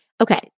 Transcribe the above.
Okay